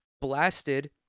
blasted